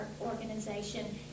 organization